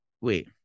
Wait